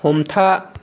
हमथा